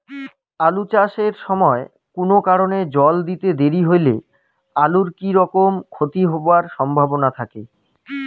আলু চাষ এর সময় কুনো কারণে জল দিতে দেরি হইলে আলুর কি রকম ক্ষতি হবার সম্ভবনা থাকে?